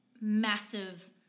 massive